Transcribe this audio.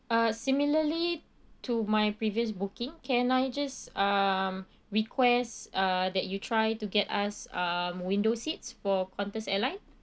uh similarly to my previous booking can I just um request uh that you try to get us um window seats for qantas airline